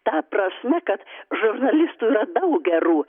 ta prasme kad žurnalistų yra daug gerų